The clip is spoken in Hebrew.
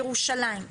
ירושלים,